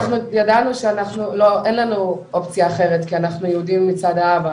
אנחנו ידענו שאין לנו אופציה אחרת כי אנחנו יהודים מצד האב,